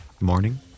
morning